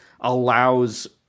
allows